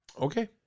Okay